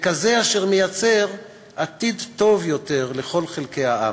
כזה אשר מייצר עתיד טוב יותר לכל חלקי העם.